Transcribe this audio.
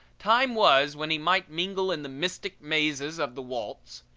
time was when he might mingle in the mystic mazes of the waltz,